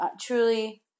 truly